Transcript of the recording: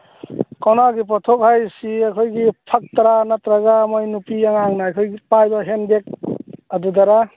ꯀꯧꯅꯥꯒꯤ ꯄꯣꯠꯊꯣꯛ ꯍꯥꯏꯔꯤꯁꯤ ꯑꯩꯈꯣꯏꯒꯤ ꯐꯛꯇꯔꯥ ꯅꯠꯇ꯭ꯔꯒ ꯃꯈꯣꯏ ꯅꯨꯄꯤ ꯑꯉꯥꯡꯅ ꯑꯩꯈꯣꯏꯒꯤ ꯄꯥꯏꯕ ꯍꯦꯟ ꯕꯦꯒ ꯑꯗꯨꯗꯔꯥ